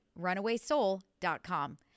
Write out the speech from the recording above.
runawaysoul.com